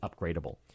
upgradable